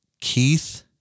Keith